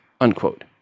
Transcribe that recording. unquote